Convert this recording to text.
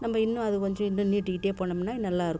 நம்ம இன்றும் அது கொஞ்சம் இன்றும் நீட்டிக்கிட்டே போனோம்னா நல்லா இருக்கும்